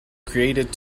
created